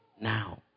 now